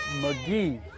McGee